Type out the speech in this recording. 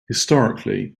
historically